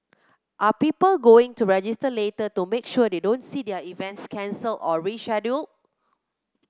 are people going to register later to make sure they don't see their events cancelled or rescheduled